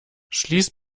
schließ